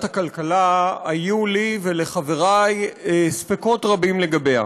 הכלכלה היו לי ולחברי ספקות רבים לגביה.